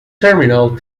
terminal